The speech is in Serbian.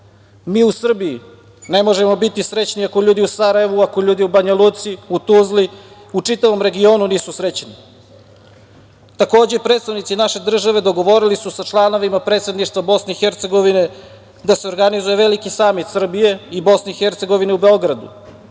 Mi u Srbiji ne možemo biti srećniji ako ljudi u Sarajevu, ako ljudi u Banjaluci, u Tuzli, u čitavom regionu nisu srećni. Takođe, predstavnici naše države dogovorili su sa članovima predsedništva Bosne i Hercegovine da se organizuje veliki samit Srbije i Bosne i Hercegovine u Beogradu